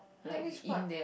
which part